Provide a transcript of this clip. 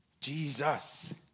Jesus